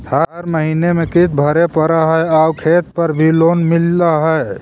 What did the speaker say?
हर महीने में किस्त भरेपरहै आउ खेत पर भी लोन मिल है?